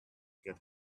get